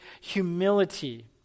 humility